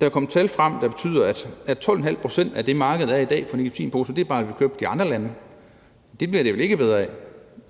Der er kommet tal frem, der viser, at 12,5 pct. af det marked, der er i dag for nikotinposer, bare er købt i andre lande, og det bliver det vel ikke bedre af.